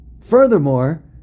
Furthermore